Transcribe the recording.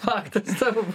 faktas tavo